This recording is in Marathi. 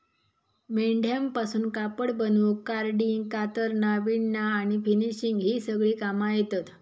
मेंढ्यांपासून कापड बनवूक कार्डिंग, कातरना, विणना आणि फिनिशिंग ही सगळी कामा येतत